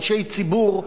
אנשי ציבור ארמנים,